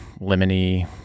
lemony